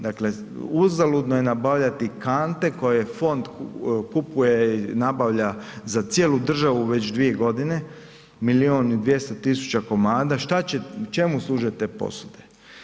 Dakle, uzaludno je nabavljati kante koje fond kupuje, nabavlja za cijelu državu već 2 godine, milion i 200 tisuća komada, čemu služe te posude?